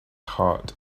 heart